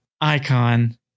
icon